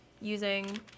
using